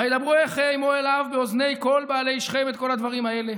וידברו אחֵי אמו עליו באזני כל בעלי שכם את כל הדברים האלה